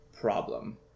problem